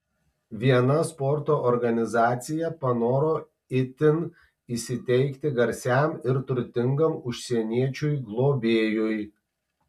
viena sporto organizacija panoro itin įsiteikti garsiam ir turtingam užsieniečiui globėjui